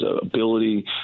ability